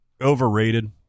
overrated